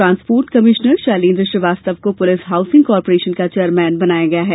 transport commissioner Shailendra Srivastava को police housing corporation का chairman बनाया गया है